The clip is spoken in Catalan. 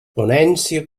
ponència